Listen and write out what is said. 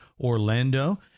Orlando